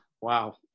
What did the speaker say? Wow